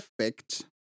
effect